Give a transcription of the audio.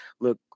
look